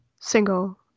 single